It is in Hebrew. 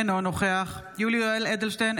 אינו נוכח יולי יואל אדלשטיין,